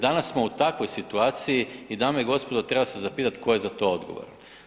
Danas smo u takvoj situaciji i dame i gospodo treba se zapitat tko je za to odgovoran.